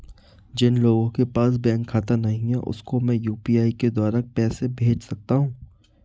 जिन लोगों के पास बैंक खाता नहीं है उसको मैं यू.पी.आई के द्वारा पैसे भेज सकता हूं?